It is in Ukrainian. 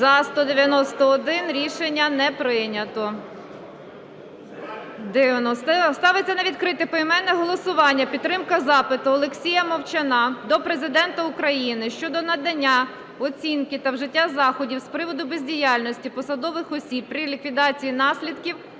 За-191 Рішення не прийнято. Дивно. Ставиться на відкрите поіменне голосування підтримка запиту Олексія Мовчана до Президента України щодо надання оцінки та вжиття заходів з приводу бездіяльності посадових осіб при ліквідації наслідків